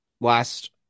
Last